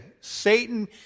Satan